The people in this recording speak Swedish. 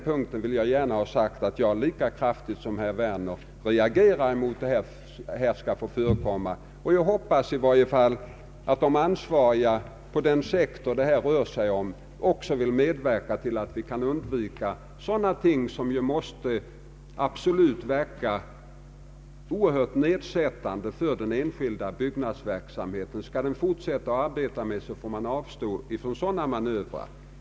Jag vill gärna ha sagt att jag reagerar lika kraftigt som herr Werner mot att sådant skall få förekomma, Jag hoppas att de ansvariga inom den sektor det gäller vill medverka till att sådant kan undvikas. Det måste ju verka oerhört nedsättande för den enskilda byggnadsverksamheten. Om den skall fortsätta att arbeta får den avstå från sådana manövrer.